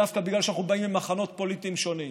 דווקא בגלל שאנחנו באים ממחנות פוליטיים שונים,